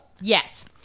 Yes